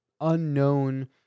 unknown